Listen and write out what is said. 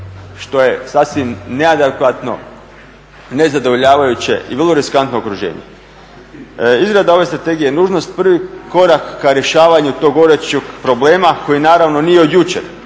što je sasvim neadekvatno i nezadovoljavajuće i vrlo riskantno okruženje. Izrada ove strategije je nužnost. Prvi korak ka rješavanju tog gorućeg problema koji naravno nije od jučer.